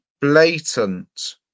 blatant